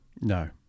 no